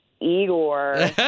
Igor